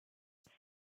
six